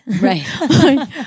right